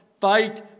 fight